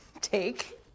take